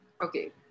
Okay